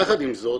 יחד עם זאת,